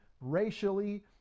racially